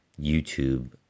YouTube